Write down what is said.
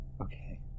Okay